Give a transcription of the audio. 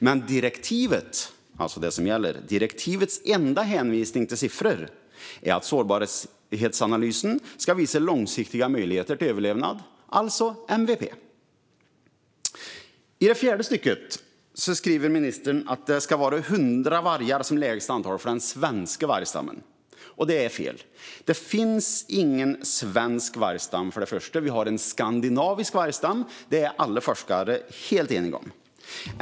Men direktivets, alltså det som gäller, enda hänvisning till siffror är att sårbarhetsanalysen ska visa långsiktiga möjligheter till överlevnad, alltså MVP. I det fjärde stycket skriver ministern att 100 vargar ska vara det lägsta antalet för den svenska vargstammen. Det är fel. Det finns ingen svensk vargstam. Vi har en skandinavisk vargstam. Det är alla forskare helt eniga om.